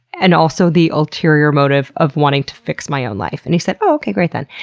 and also the ulterior motive of wanting to fix my own life, and he said, oh, okay, great then.